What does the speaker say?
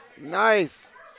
Nice